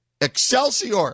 Excelsior